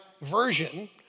version